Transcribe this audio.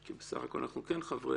כי בסך הכול אנחנו חברי